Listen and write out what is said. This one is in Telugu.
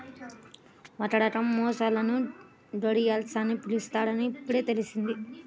ఒక రకం మొసళ్ళను ఘరియల్స్ అని పిలుస్తారని ఇప్పుడే తెల్సింది